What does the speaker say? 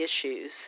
issues